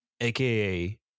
aka